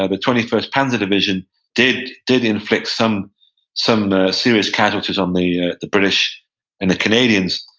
ah the twenty first panzer division did did inflict some some serious casualties on the ah the british and the canadians,